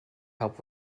help